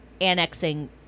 annexing